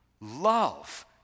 Love